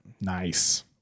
Nice